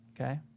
okay